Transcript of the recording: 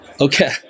Okay